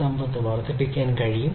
സമ്പത്ത് വർദ്ധിപ്പിക്കാൻ കഴിയും